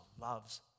loves